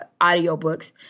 audiobooks